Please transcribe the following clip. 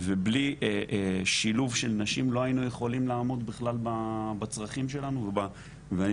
ובלי שילוב של נשים לא היינו יכולים לעמוד בכלל בצרכים שלנו ואני